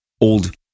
old